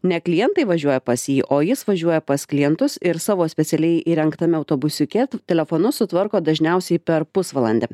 ne klientai važiuoja pas jį o jis važiuoja pas klientus ir savo specialiai įrengtame autobusiuke telefonus sutvarko dažniausiai per pusvalandį